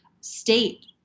state